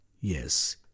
Yes